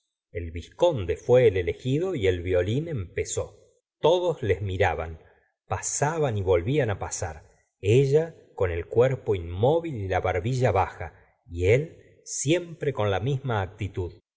el vizconde fué el elegido y el violín empezó todos les miraban pasaban y volvían pasar ella con el cuerpo inmóvil y la barbilla baja y él siempre con la misma actitud